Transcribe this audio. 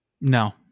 No